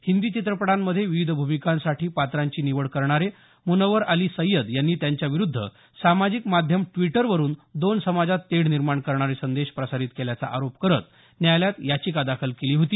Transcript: हिंदी चित्रपटांमध्ये विविध भूमिकांसाठी पात्रांची निवड करणारे मुनवर अली सय्यद यांनी त्यांच्याविरूद्ध सामाजिक माध्यम ड्वीटरवरुन दोन समाजात तेढ निर्माण करणारे संदेश प्रसारीत केल्याचा आरोप करत न्यायालयात याचिका दाखल केली होती